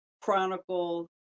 chronicle